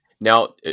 Now